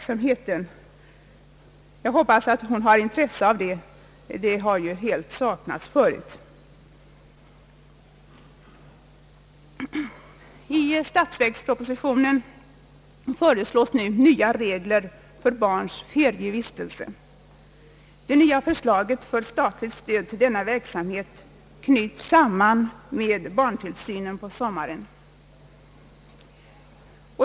Jag hoppas att hon skall lägga ned det intresse i saken som vi tidigare har saknat från statsmakternas sida, och ett löfte i dag skulle glädja mig. I statsverkspropositionen föreslås nya regler för barnferievistelse. Det nya förslaget till statligt stöd åt denna verksamhet knyts samman med barntillsynen under sommaren.